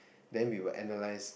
then we will analyse